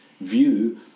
view